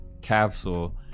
capsule